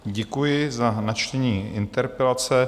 Děkuji za načtení interpelace.